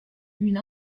une